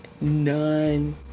none